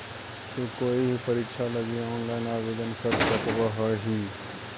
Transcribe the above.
तु कोई भी परीक्षा लगी ऑनलाइन आवेदन कर सकव् हही